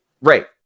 Right